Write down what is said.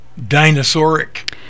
dinosauric